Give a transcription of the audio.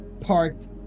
parked